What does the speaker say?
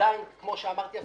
שעדיין לא נדון,